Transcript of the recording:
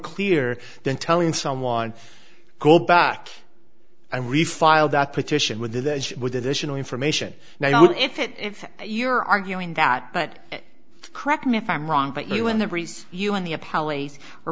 clear than telling someone go back and refile that petition with as with additional information now if it if you're arguing that but correct me if i'm wrong but you were in the breeze you on the